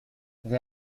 the